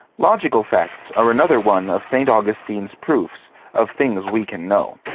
logical facts are another one of st. augustine's proofs of things we can know.